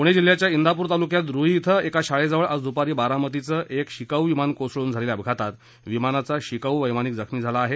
पुणे जिल्ह्याच्या इंदापूर तालुक्यात रूई इथं एका शाळेजवळ आज दुपारी बारामतीचं एक शिकाऊ विमान कोसळून झालेल्या अपघातात विमानाचा शिकाऊ वैमानिक जखमी झाला आहे